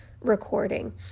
recording